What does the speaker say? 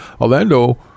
Orlando